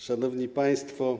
Szanowni Państwo!